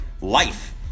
life